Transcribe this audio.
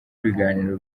ibiganiro